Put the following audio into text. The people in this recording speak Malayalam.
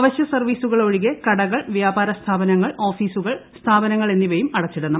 അവശ്യ സർവ്വീസുകൾ ഒഴികെ കടകൾ വ്ട്യാപാര സ്ഥാപനങ്ങൾ ഓഫീസുകൾ സ്ഥാപനങ്ങൾ എന്നിവയ്ക്കും അടച്ചിടണം